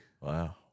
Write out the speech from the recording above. Wow